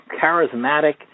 charismatic